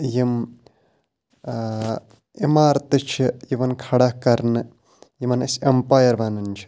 یِم عمارتہٕ چھِ یِوان کھڑا کَرنہٕ یِمَن أسۍ ایٚمپایر وَنان چھِ